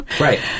Right